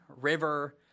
River